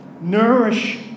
Nourish